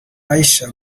aisha